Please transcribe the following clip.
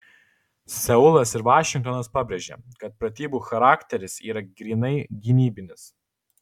seulas ir vašingtonas pabrėžė kad pratybų charakteris yra grynai gynybinis